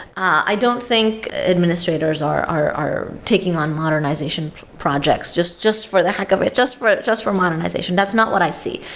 i don't think administrators are are taking on modernization projects just just for the heck of it, just for just for modernization. that's not what i see.